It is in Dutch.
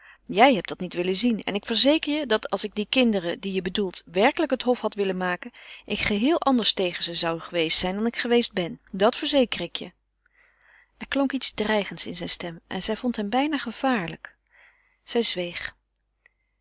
jij hebt dat niet willen zien en ik verzeker je dat als ik dien kinderen die je bedoelt werkelijk het hof had willen maken ik geheel anders tegen ze zou geweest zijn dan ik geweest ben dat verzeker ik je er klonk iets dreigends in zijne stem en zij vond hem bijna gevaarlijk zij zweeg